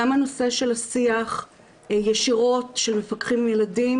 גם הנושא של השיח ישירות של מפקחים עם ילדים,